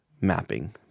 mapping